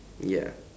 ya